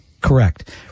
Correct